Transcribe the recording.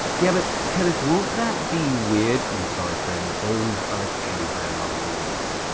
yeah, but kenneth, won't that be weird? i'm sorry, friend. those are the kenny branagh rules.